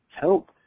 help